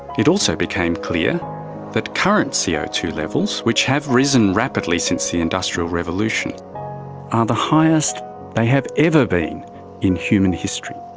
it also became clear that current c o two levels, which have risen rapidly since the industrial revolution, are the highest they have ever been in human history.